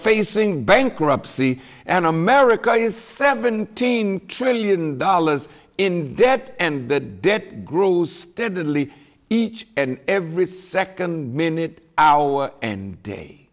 facing bankruptcy and america is seventeen trillion dollars in debt and the debt groups steadily each and every second minute hour and